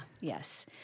Yes